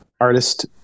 artist